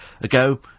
ago